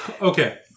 Okay